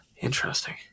Interesting